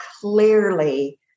clearly